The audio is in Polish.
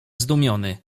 zdumiony